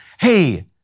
hey